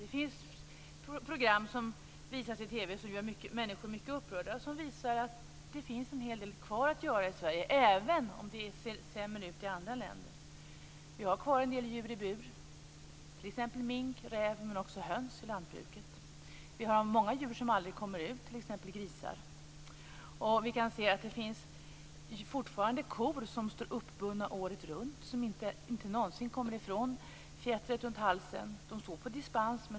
Det sänds program på TV som gör människor mycket upprörda och som visar att det finns en hel del kvar att göra i Sverige, även om det ser sämre ut i andra länder. Det finns fortfarande en del djur i bur, t.ex. mink och räv, men också höns i lantbruket. Det finns många djur som aldrig kommer ut, t.ex. grisar. Det finns fortfarande kor som står uppbundna året runt och som inte någonsin kommer från fjättret runt halsen.